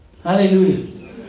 Hallelujah